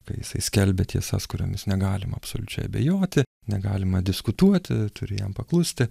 kai jisai skelbia tiesas kuriomis negalima absoliučiai abejoti negalima diskutuoti turi jam paklusti